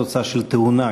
תוצאה של תאונה.